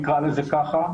נקרא לזה כך,